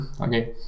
Okay